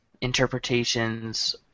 interpretations